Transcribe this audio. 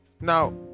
Now